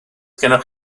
gennych